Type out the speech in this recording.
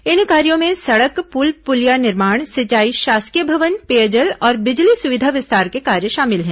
इन कार्यों में सड़क पुल पुलिया निर्माण सिंचाई शासकीय भवन पेयजल और बिजली सुविधा विस्तार के कार्य शामिल हैं